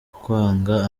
kwanga